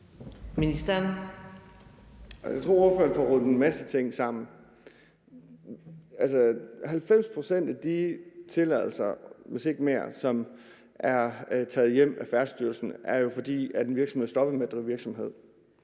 Jeg tror, spørgeren får rodet en masse ting sammen. Altså, for 90 pct. af de tilladelser, hvis ikke mere, som er taget hjem af Færdselsstyrelsen, skyldes det jo, at en virksomhed er stoppet med at drive virksomhed.